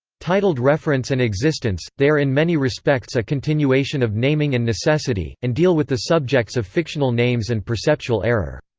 titled reference and existence, they are in many respects a continuation of naming and necessity, and deal with the subjects of fictional names and perceptual error.